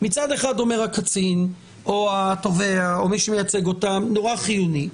מצד אחד אומר הקצין או התובע או מי שמייצג שזה נורא חיוני,